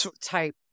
type